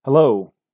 Hello